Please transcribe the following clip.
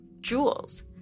jewels